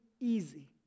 easy